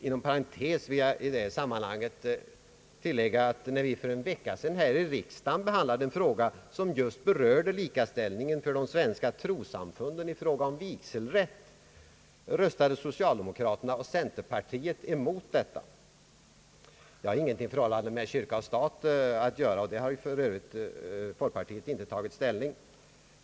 Inom parentes vill jag i detta sam Allmänpolitisk debatt manhang tillägga att när vi för en vecka sedan här i riksdagen behandlade en fråga som just berörde likställdheten för de svenska trossamfunden i fråga om vigselrätt, röstade socialdemokrater och centerpartister emot detta. Det har ingenting med förhållandet kyrka—stat att göra — där har folkpartiet för övrigt inte tagit ställning.